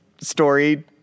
story